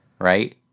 right